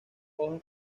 hojas